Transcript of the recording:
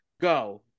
Go